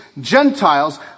Gentiles